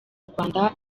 rwanda